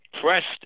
pressed